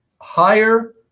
higher